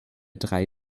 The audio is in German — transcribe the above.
drei